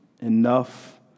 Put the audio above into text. enough